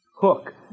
hook